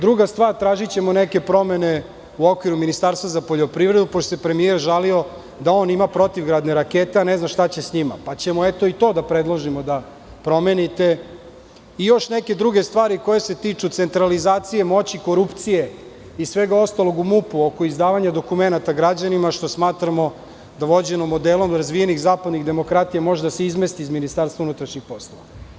Druga stvar, tražićemo neke promene u okviru Ministarstva za poljoprivredu, pošto se premijer žalio da on ima protivgradne rakete, a ne zna šta će sa njima, pa ćemo eto i to da predložimo, da promenite i još neke druge stvari koje se tiču centralizacije moći korupcije i svega ostalog u MUP oko izdavanja dokumenata građanima, što smatramo da vođeno modelom razvijenih zapadnih demokratija može da se izmesti iz MUP.